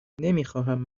نمیخواهم